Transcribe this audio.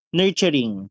nurturing